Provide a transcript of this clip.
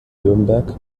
nürnberg